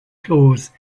clause